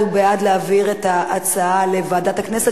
הוא בעד להעביר את ההצעה לוועדת הכנסת,